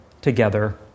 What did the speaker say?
together